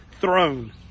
throne